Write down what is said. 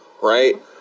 right